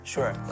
Sure